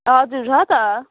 हजुर छ त